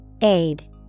Aid